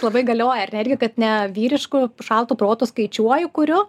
labai galioja ar ne irgi kad ne vyrišku šaltu protu skaičiuoju kuriu